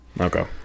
Okay